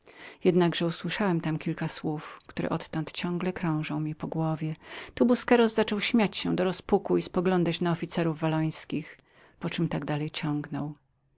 ale usłyszałem tam kilka słów które odtąd ciągle krążą mi po głowie tu busqueros zaczął śmiać się do rozpuku i spoglądać na officerów wallońskich po czem tak dalej ciągnął